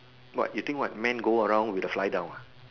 what you think what man go around with a fly down ah